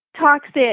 toxic